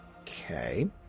Okay